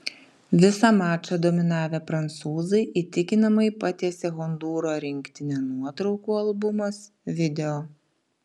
visą mačą dominavę prancūzai įtikinamai patiesė hondūro rinktinę nuotraukų albumas video